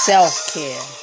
self-care